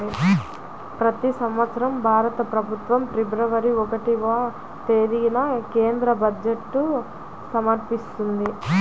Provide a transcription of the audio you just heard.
ప్రతి సంవత్సరం భారత ప్రభుత్వం ఫిబ్రవరి ఒకటవ తేదీన కేంద్ర బడ్జెట్ను సమర్పిస్తది